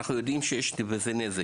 אנחנו יודעים שזה נזק.